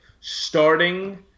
starting